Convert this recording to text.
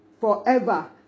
forever